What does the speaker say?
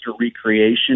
recreation